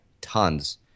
Tons